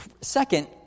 Second